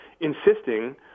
insisting